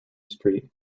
street